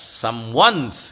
Someone's